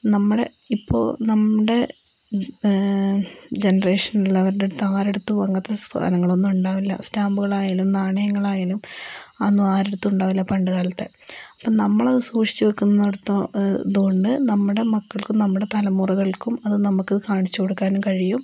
നമ്മുടെ ഇപ്പോൾ നമ്മുടെ ജനറേഷനിൽ ഉള്ളവരുടെ ആരുടെ അടുത്തും അങ്ങനത്തെ സാധനങ്ങളൊന്നും ഉണ്ടാവില്ല സ്റ്റാമ്പുകളായാലും നാണയങ്ങളായാലും അതൊന്നും ആരുടെ അടുത്തും ഉണ്ടാവില്ല പണ്ടുകാലത്തെ അപ്പോൾ നമ്മളത് സൂക്ഷിച്ചു വയ്ക്കുന്നടുത്തോ അതുകൊണ്ട് നമ്മുടെ മക്കൾക്കും നമ്മുടെ തലമുറകൾക്കും അത് നമ്മൾക്ക് കാണിച്ചു കൊടുക്കാനും കഴിയും